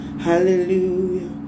hallelujah